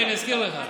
מיקי, אני אזכיר לך.